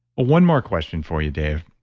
one more question for you, dave.